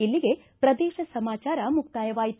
ಇಲ್ಲಿಗೆ ಪ್ರದೇಶ ಸಮಾಚಾರ ಮುಕ್ತಾಯವಾಯಿತು